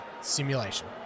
simulation